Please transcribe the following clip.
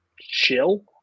chill